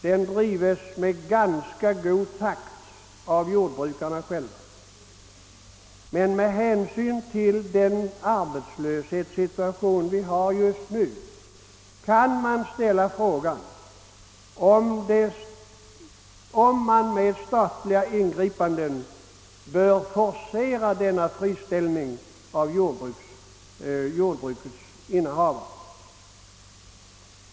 Den drives med ganska god takt av jordbrukarna själva, men med hänsyn till den arbetslöshetssituation vi har just nu kan man ställa frågan, om man med statliga ingripanden bör forcera denna friställning av jordbrukens innehavare.